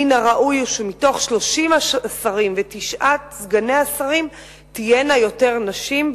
מן הראוי הוא שמתוך 30 השרים ותשעת סגני השרים תהיינה יותר נשים,